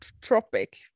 tropic